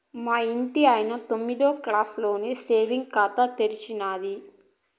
మా ఇంటాయన తొమ్మిదో క్లాసులోనే సేవింగ్స్ ఖాతా తెరిచేసినాది